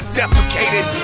defecated